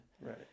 Right